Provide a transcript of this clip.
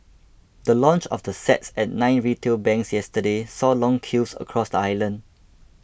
the launch of the sets at nine retail banks yesterday saw long queues across the island